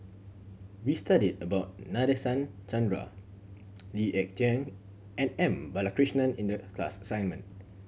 we studied about Nadasen Chandra Lee Ek Tieng and M Balakrishnan in the class assignment